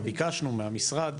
וביקשנו מהמשרד,